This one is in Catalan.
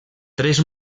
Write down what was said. tres